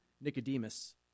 Nicodemus